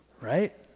Right